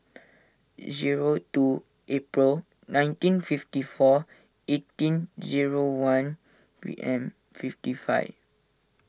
zero two April nineteen fifty four eighteen zero one P M fifty five